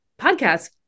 podcast